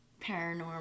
paranormal